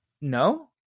no